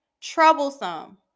troublesome